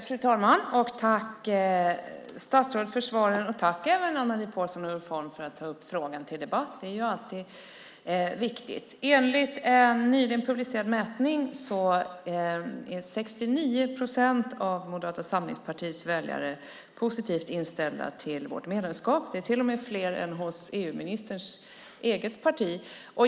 Fru talman! Tack, statsrådet, för svaren! Och tack även Ann-Marie Pålsson och Ulf Holm för att ni har tagit upp frågan till debatt! Det är ju alltid viktigt. Enligt en nyligen publicerad mätning är 69 procent av Moderata samlingspartiets väljare positivt inställda till vårt medlemskap. Det är till och med fler än i EU-ministerns eget parti.